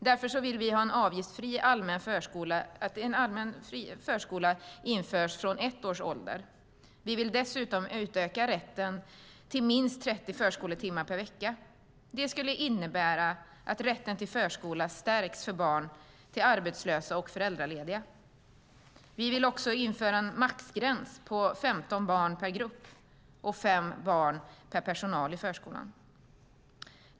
Därför vill vi att avgiftsfri allmän förskola införs från ett års ålder. Vi vill dessutom utöka rätten till minst 30 förskoletimmar per vecka. Det skulle innebära att rätten till förskola stärks för barn till arbetslösa och föräldralediga. Vi vill också införa en maxgräns på 15 barn per grupp och 5 barn per personal i förskolan.